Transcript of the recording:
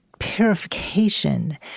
purification